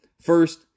first